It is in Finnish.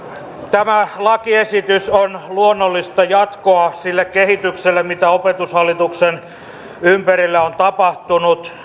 tämä lakiesitys on luonnollista jatkoa sille kehitykselle mitä opetushallituksen ympärillä on tapahtunut